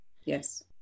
Yes